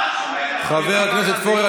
חבר הכנסת פורר,